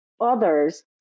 others